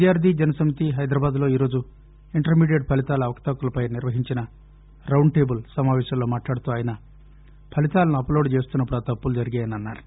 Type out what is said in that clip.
విద్యార్లి జన సమితి హైదరాబాద్లో ఈరోజు ఇంటర్మీ డియెట్ ఫలితాల అవకతవకలపై నిర్వహించిన రౌండ్ టేబుల్ సమాపేశంలో మాట్లాడుతూ ఆయన ఫలితాలను అప్లోడ్ చేస్తున్నప్పుడు ఆ తప్పులు జరిగాయని అన్నారు